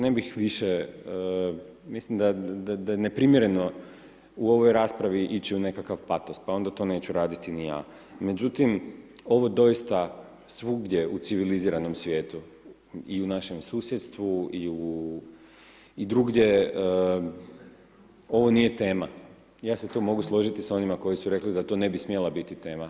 Ne bih više, mislim da je neprimjereno u ovoj raspravi ići u nekakav patos, pa onda to neću raditi ni ja, međutim ovo doista svugdje u civiliziranom svijetu i u našem susjedstvu, i u, i drugdje, ovo nije tema, ja se tu mogu složiti sa onima koji su rekli da to ne bi smjela biti tema.